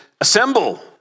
assemble